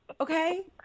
Okay